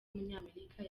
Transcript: w’umunyamerika